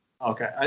Okay